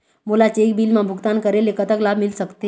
मोला cheque bill मा भुगतान करेले कतक लाभ मिल सकथे?